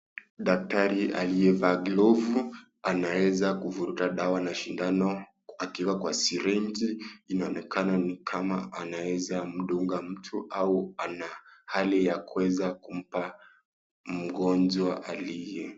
Daktari aliyevaa glovu. Anaweza kuvuruta dawa na shindano akiwa kwa sirinji. Inaonekana ni kama anaweza mdunga mtu au ana hali ya kuweza kumpa mgonjwa aliye...